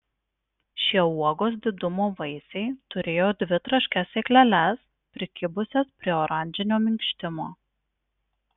šie uogos didumo vaisiai turėjo dvi traškias sėkleles prikibusias prie oranžinio minkštimo